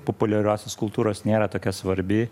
populiariosios kultūros nėra tokia svarbi